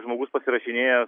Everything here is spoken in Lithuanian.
žmogus pasirašinėja